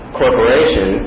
corporation